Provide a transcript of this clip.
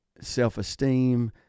self-esteem